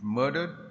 murdered